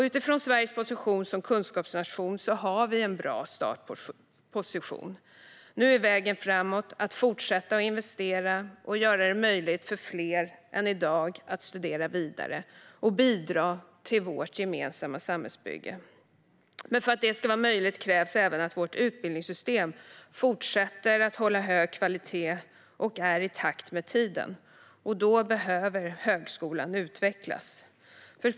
Utifrån Sveriges position som kunskapsnation har vi en bra startposition. Nu är vägen framåt att fortsätta investera och göra det möjligt för fler än i dag att studera vidare och bidra till vårt gemensamma samhällsbygge. Men för att det ska vara möjligt krävs även att vårt utbildningssystem fortsätter att hålla hög kvalitet och är i takt med tiden, och då behöver högskolan utvecklas.